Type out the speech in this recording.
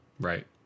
Right